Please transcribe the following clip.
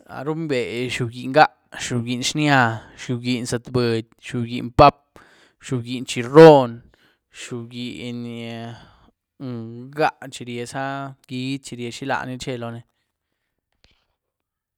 Náh rumbé xiobgyín ngá, xiobgyín xía, xiobgyín zatbudy, xiobgyín páp', xiobgyín chirron, xiobgyín ngá chi ryieza giíedy chi ríéh xilaní chie loóni.